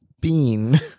bean